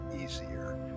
easier